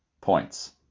points